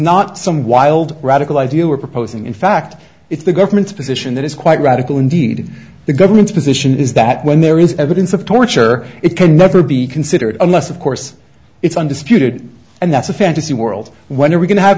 not some wild radical idea we're proposing in fact it's the government's position that is quite radical indeed the government's position is that when there is evidence of torture it can never be considered unless of course it's undisputed and that's a fantasy world where we can have